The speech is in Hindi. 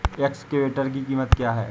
एक्सकेवेटर की कीमत क्या है?